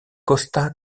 costa